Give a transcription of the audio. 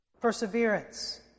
perseverance